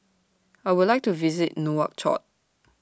I Would like to visit Nouakchott